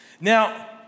Now